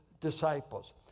disciples